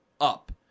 up